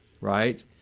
right